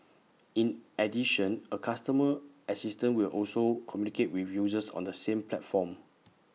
in addition A customer assistant will also communicate with users on the same platforms